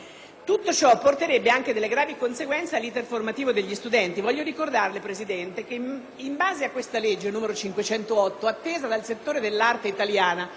Tutto ciò porterebbe anche delle gravi conseguenze all'*iter* formativo degli studenti. Vorrei ricordare, Presidente, che in base alla legge n. 508, attesa dal settore dell'arte italiana,